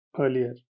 earlier